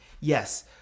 yes